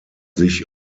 sich